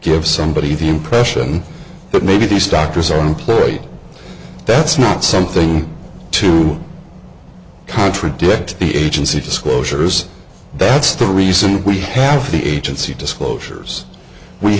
give somebody the impression that maybe these doctors are employed that's not something to contradict the agency disclosures that's the reason we care for the agency disclosures we